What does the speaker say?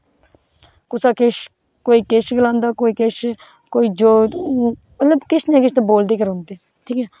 कुसे किश कोई किश गलांदा कोई किश कोई मतलब किश ना किश बोलदे गै रौंहंदे ठीक ऐ